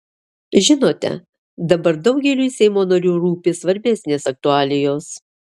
žinote dabar daugeliui seimo narių rūpi svarbesnės aktualijos